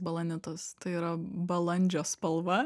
balanitas tai yra balandžio spalva